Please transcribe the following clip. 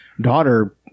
daughter